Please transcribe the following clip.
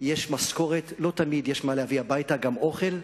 יש משכורת, לא תמיד יש מה להביא הביתה, גם אוכל,